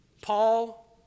Paul